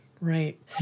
right